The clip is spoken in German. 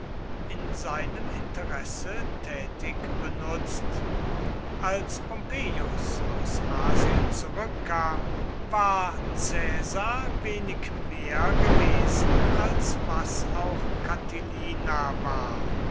in seinem interesse tätig benutzt als pompeius aus asien zurückkam war caesar wenig mehr gewesen als was auch catilina war